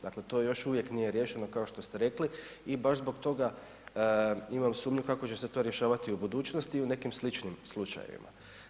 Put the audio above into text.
Dakle to još uvijek nije riješeno kao što ste rekli i baš zbog toga imam sumnju kako će se to rješavati u budućnosti i u nekim sličnim slučajevima.